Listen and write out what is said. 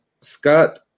Scott